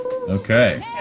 Okay